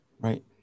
right